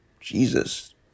Jesus